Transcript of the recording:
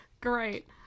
Great